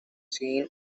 seen